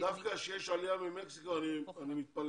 דווקא שיש עלייה ממקסיקו אני מתפלא,